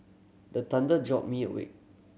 the thunder jolt me awake